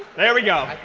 there we go.